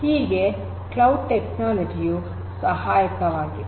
ಹೀಗೆ cloud technology ಯು ಸಹಾಯಕವಾಗಿದೆ